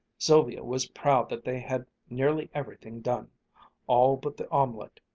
sylvia was proud that they had nearly everything done all but the omelet.